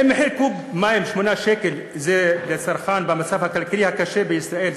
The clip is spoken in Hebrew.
האם מחיר של 8 שקלים לקוב מים לצרכן במצב הכלכלי הקשה בישראל,